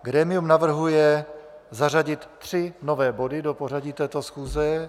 Grémium navrhuje zařadit tři nové body do pořadu této schůze.